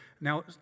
now